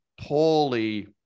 poorly